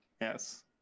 Yes